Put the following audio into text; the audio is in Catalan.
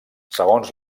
segons